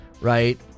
right